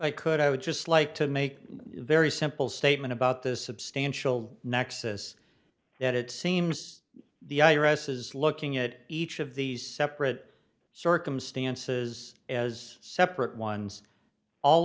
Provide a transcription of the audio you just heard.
i could i would just like to make a very simple statement about this substantial nexus yet it seems the i r s is looking at each of these separate circumstances as separate ones all